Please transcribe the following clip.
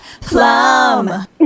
Plum